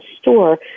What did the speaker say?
store